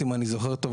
אם אני זוכר נכון,